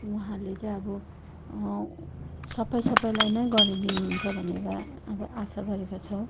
उहाँले चाहिँ अब सबै सबैलाई नै गरिदिनुहुन्छ भनेर अब आशा गरेका छौँ